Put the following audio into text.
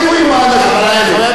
כבוד יושב-ראש ועדת העבודה,